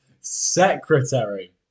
secretary